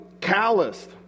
calloused